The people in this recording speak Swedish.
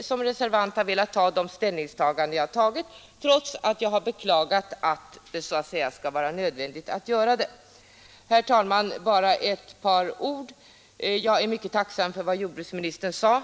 som reservant har velat göra de ställningstaganden jag gjort, trots att jag har beklagat att det skall vara så nödvändigt att göra det. Sedan vill jag säga att jag är mycket tacksam för vad jordbruksministern sade.